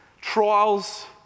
Trials